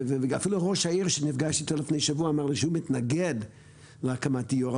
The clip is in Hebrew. ואפילו ראש העיר שנפגשתי אתו לפני שבוע אמר לי שהוא מתנגד להקמת דיור,